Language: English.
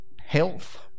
health